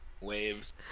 waves